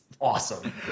awesome